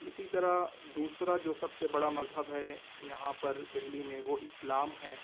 اسی طرح دوسرا جو سب سے بڑا مذہب ہے یہاں پر دہلی میں وہ اسلام ہیں